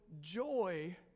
joy